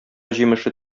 җимеше